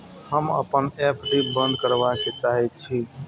हम अपन एफ.डी बंद करबा के चाहे छी